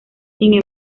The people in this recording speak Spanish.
sin